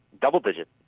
double-digit